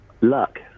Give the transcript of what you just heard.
luck